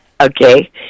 Okay